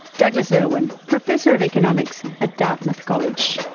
douglas irwin, professor of economics at dartmouth college.